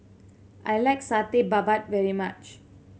I like Satay Babat very much